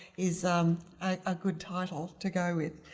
is a, a good title to go with.